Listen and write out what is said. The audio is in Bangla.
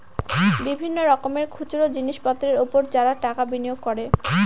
বিভিন্ন রকমের খুচরো জিনিসপত্রের উপর যারা টাকা বিনিয়োগ করে